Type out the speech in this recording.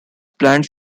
planned